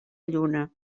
lluna